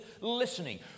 listening